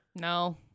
No